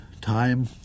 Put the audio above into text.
time